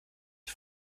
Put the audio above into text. ich